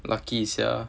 lucky sia